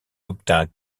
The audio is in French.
obtint